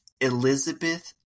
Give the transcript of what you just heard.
Elizabeth